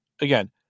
again